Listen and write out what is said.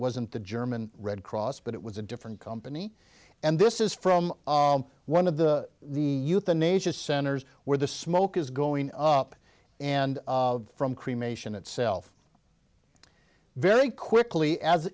wasn't the german red cross but it was a different company and this is from one of the the euthanasia centers where the smoke is going up and from cremation itself very quickly as